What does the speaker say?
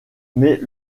mais